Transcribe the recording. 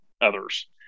others